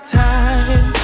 time